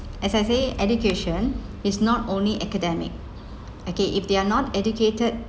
as I say education is not only academic okay if they are not educated